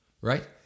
Right